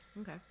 Okay